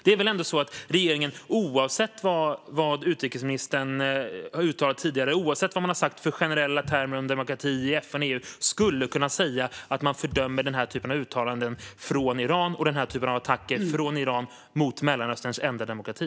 Det är väl ändå så att regeringen, oavsett vad utrikesministern har uttalat tidigare och oavsett vad man har sagt i generella termer om demokrati i FN och EU, skulle kunna säga att man fördömer denna typ av uttalanden om attacker från Iran mot Mellanösterns enda demokrati?